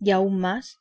y aun más